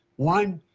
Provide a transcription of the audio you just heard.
one,